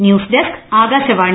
news desk Akashvani